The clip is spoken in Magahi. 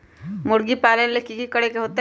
मुर्गी पालन ले कि करे के होतै?